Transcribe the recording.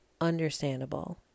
Understandable